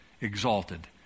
exalted